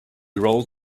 rolled